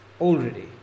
already